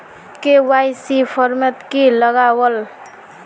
KYC format की लगावल?